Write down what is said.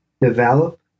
develop